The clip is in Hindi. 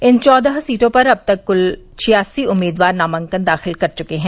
इन चौदह सीटों पर अब तक कल छियासी उम्मीदवार नामांकन दाखिल कर चुके हैं